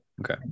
Okay